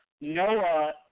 Noah